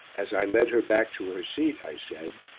as i led her back to her seat, i said,